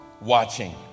watching